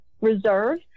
reserve